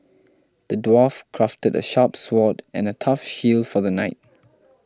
the dwarf crafted a sharp sword and a tough shield for the knight